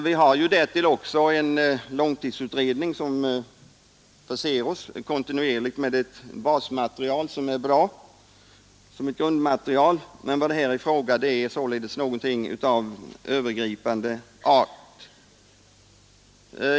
Vi har därtill också en långtidsutredning som förser oss kontinuerligt med ett basmaterial som är bra som ett bra grundmaterial. Men vad det här är fråga om är sålunda en planering av övergripande art.